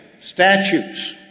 Statutes